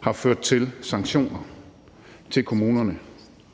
har ført til sanktioner til f.eks.